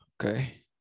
okay